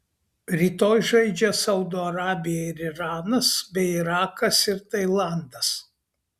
rytoj žaidžia saudo arabija ir iranas bei irakas ir tailandas